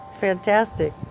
fantastic